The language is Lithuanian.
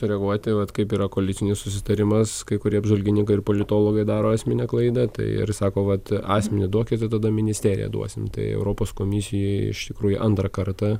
sureaguoti vat kaip yra koalicinis susitarimas kai kurie apžvalgininkai ir politologai daro esminę klaidą tai ir sako vat asmenį duokit tada ministeriją duosim tai europos komisijoj iš tikrųjų antrą kartą